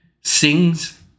sings